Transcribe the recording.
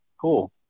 cool